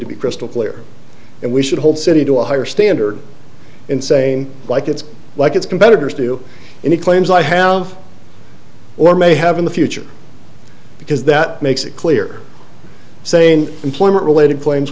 to be crystal clear and we should hold city to a higher standard in same like it's like its competitors do and he claims i have or may have in the future because that makes it clear say in employment related clai